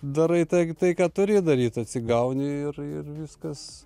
darai tai tai ką turi daryt atsigauni ir ir viskas